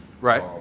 Right